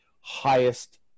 highest